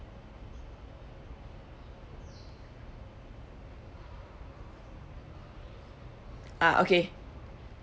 ah okay